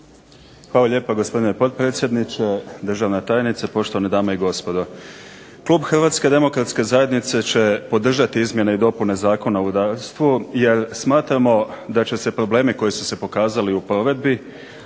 Hvala lijepa gospodine potpredsjedniče, državna tajnice, poštovane dame i gospodo. Klub Hrvatske demokratske zajednice će podržati izmjene i dopune Zakona o rudarstvu jer smatramo da će se problemi koji su se pokazali u provedbi